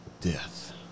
death